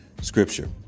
scripture